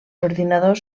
ordinadors